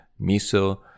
miso